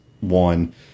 one